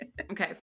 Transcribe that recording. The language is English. Okay